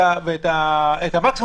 ואת מינימום